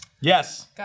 Yes